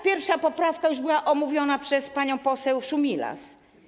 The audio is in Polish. Pierwsza poprawka już była omówiona przez panią poseł Szumilas.